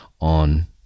on